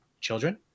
children